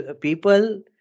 people